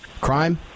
Crime